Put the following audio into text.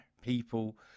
people